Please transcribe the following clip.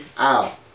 Ow